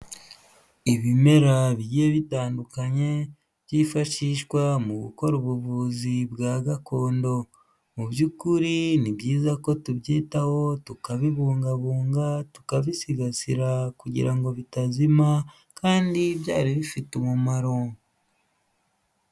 Ibimera bigiye bitandukanye byifashishwa mu gukora ubuvuzi bwa gakondo mu by'ukuri ni byiza ko tubyitaho tukabibungabunga tukabisigasira kugira ngo bitazima kandi byari bifite umumaro.